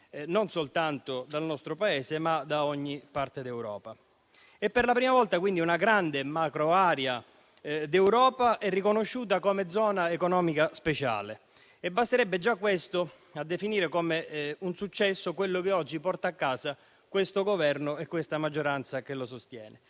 non soltanto dal nostro Paese, ma da ogni parte d'Europa. Per la prima volta, quindi, una grande macro area d'Europa è riconosciuta come Zona economica speciale. Basterebbe già questo a definire come un successo il risultato che oggi portano a casa questo Governo e questa maggioranza che lo sostiene.